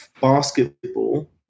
Basketball